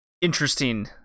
interesting